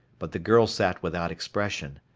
but the girl sat without expression.